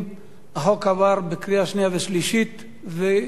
החוק עבר בקריאה שנייה ושלישית וייכנס